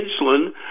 insulin